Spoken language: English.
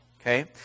Okay